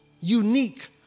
Unique